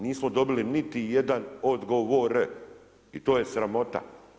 Nismo dobili niti jedan odgovor i to je sramota.